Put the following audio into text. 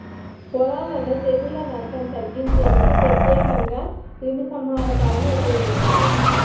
పొలాలలో తెగుళ్ల నష్టం తగ్గించేందుకు ప్రత్యేకంగా క్రిమిసంహారకాలను ఉపయోగిస్తారు